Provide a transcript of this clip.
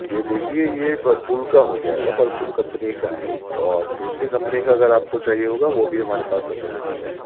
یہ دیکھیے یہ ورلپول کا ہوجائے گا ورلپول کمپنی کا ہے اور دوسری کمپنی کا اگر آپ کو چاہیے ہوگا وہ بھی ہمارے پاس اویلایبل ہے